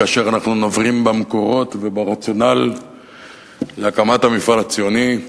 כאשר אנחנו נוברים במקורות וברציונל להקמת המפעל הציוני,